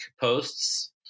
posts